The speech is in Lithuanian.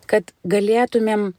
kad galėtumėm